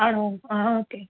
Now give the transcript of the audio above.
ആണോ ആ ഓക്കേ